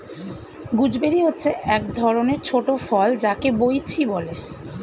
gooseberry হচ্ছে এক ধরণের ছোট ফল যাকে বৈঁচি বলে